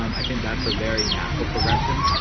um i think that's a very natural progression.